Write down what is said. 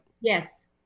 Yes